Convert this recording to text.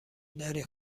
داری